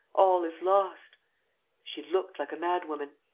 all is lost she looked like a madwoman.